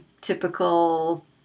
typical